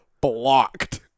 Blocked